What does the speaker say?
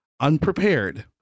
unprepared